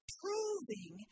proving